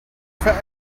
for